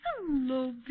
Hello